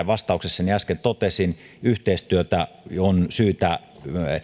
vastauksessani äsken totesin yhteistyötä on